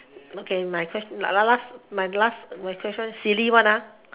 okay my question my la~ last my last my question silly one